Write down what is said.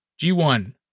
G1